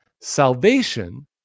salvation